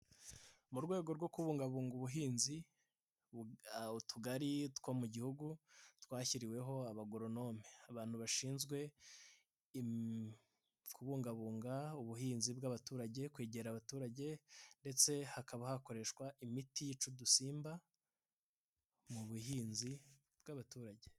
Mu rwego rwo kubungabunga ubuhinzi, Utugari two mu gihugu, twashyiriweho abagoronome, abantu bashinzwe kubungabunga ubuhinzi bw'abaturage, kwegera abaturage ndetse hakaba hakoreshwa imiti yica udusimba, mu buhinzi bw'abaturage.